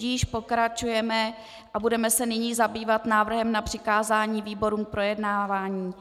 Tudíž pokračujeme a budeme se nyní zabývat návrhem na přikázání výborům k projednávání.